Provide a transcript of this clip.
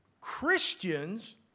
Christians